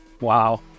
Wow